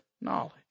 knowledge